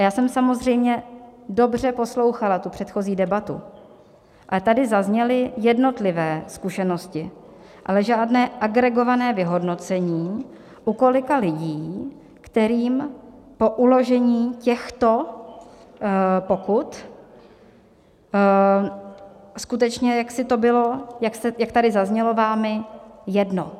Já jsem samozřejmě dobře poslouchala předchozí debatu, ale tady zazněly jednotlivé zkušenosti, ale žádné agregované vyhodnocení, u kolika lidí, kterým po uložení těchto pokut skutečně jaksi to bylo, jak tady zaznělo vámi, jedno.